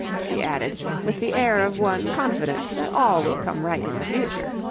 she added with the air of one confident that all will come right in the future.